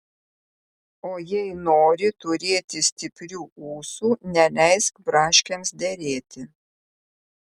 o jei nori turėti stiprių ūsų neleisk braškėms derėti